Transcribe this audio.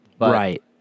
Right